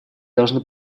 должны